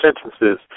sentences